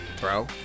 bro